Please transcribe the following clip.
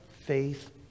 faith